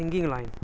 singing line